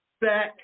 back